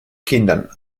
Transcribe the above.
kindern